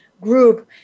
group